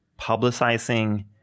publicizing